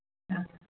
ꯑ